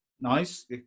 nice